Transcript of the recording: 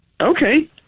Okay